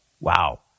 Wow